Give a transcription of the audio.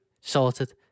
sorted